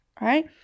right